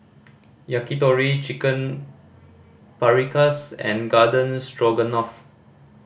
Yakitori Chicken Paprikas and Garden Stroganoff